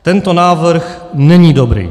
Tento návrh není dobrý.